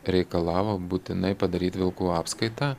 reikalavo būtinai padaryti vilkų apskaitą